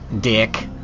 dick